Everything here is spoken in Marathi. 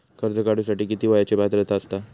कर्ज काढूसाठी किती वयाची पात्रता असता?